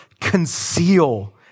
conceal